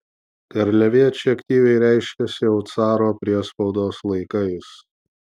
garliaviečiai aktyviai reiškėsi jau caro priespaudos laikais